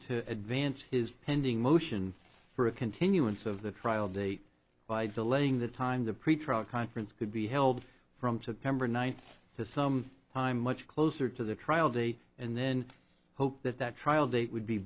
to advance his pending motion for a continuance of the trial date by delaying the time the pretrial conference could be held from september ninth to some time much closer to the trial date and then hope that that trial date would be